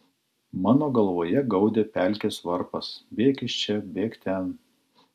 mano galvoje gaudė pelkės varpas bėk iš čia bėk ten